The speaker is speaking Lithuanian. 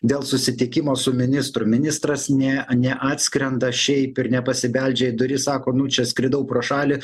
dėl susitikimo su ministru ministras ne neatskrenda šiaip ir nepasibeldžia į duris sako nu čia skridau pro šalį